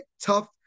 tough